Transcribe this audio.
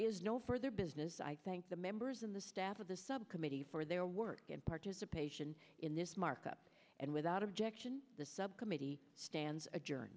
is no further business i thank the members of the staff of the subcommittee for their work and participation in this markup and without objection the subcommittee stands adjour